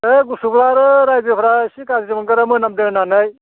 ओइ गुसुबा आरो राइजोफ्रा एसे गारजि मोनगोनना मोनामदों होननानै